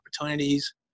opportunities